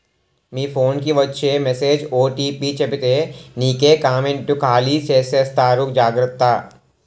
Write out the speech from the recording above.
మీ phone కి వచ్చే message OTP చెప్పితే నీకే కామెంటు ఖాళీ చేసేస్తారు జాగ్రత్త